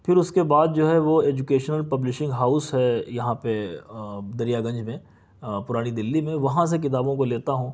پھر اس کے بعد جو ہے وہ ایجوکیشنل پبلشنگ ہاؤس ہے یہاں پہ دریا گنج میں پرانی دلی میں وہاں سے کتابوں کو لیتا ہوں